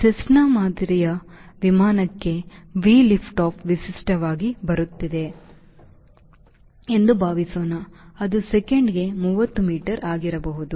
Cessna ಮಾದರಿಯ ವಿಮಾನಕ್ಕೆ V liftoff ವಿಶಿಷ್ಟವಾಗಿ ಬರುತ್ತಿದೆ ಎಂದು ಭಾವಿಸೋಣ ಅದು ಸೆಕೆಂಡಿಗೆ 30 ಮೀಟರ್ ಆಗಿರಬಹುದು